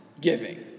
giving